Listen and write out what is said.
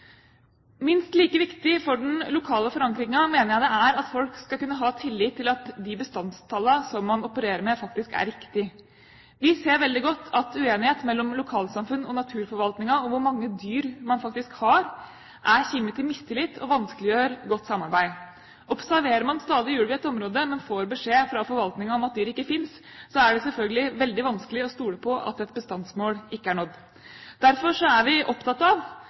Minst like viktig for den lokale forankringen mener jeg det er at folk skal kunne ha tillit til at de bestandstallene man opererer med, faktisk er riktige. Vi ser veldig godt at uenighet mellom lokalsamfunn og naturforvaltningen om hvor mange dyr man faktisk har, er en kime til mistillit og vanskeliggjør godt samarbeid. Observerer man stadig ulv i et område, men får beskjed fra forvaltningen om at dyret ikke finnes, er det selvfølgelig veldig vanskelig å stole på at et bestandsmål ikke er nådd. Derfor er vi opptatt av